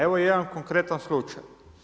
Evo jedan konkretan slučaj.